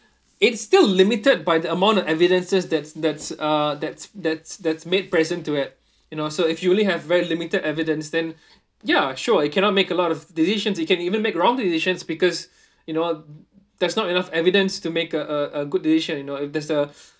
it's still limited by the amount of evidences that's that's uh that's that's that's made present to it you know so if you only have very limited evidence then ya sure you cannot make a lot of decisions you can even make wrong decisions because you know there's not enough evidence to make uh uh a good decision you know if there's a